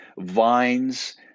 vines